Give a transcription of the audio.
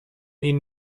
ihnen